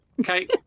okay